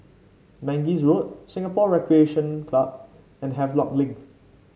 Mangis Road Singapore Recreation Club and Havelock Link